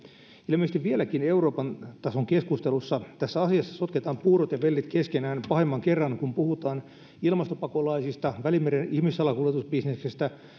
ilmeisesti vieläkin euroopan tason keskustelussa tässä asiassa sotketaan puurot ja vellit keskenään pahemman kerran kun puhutaan ilmastopakolaisista välimeren ihmissalakuljetusbisneksestä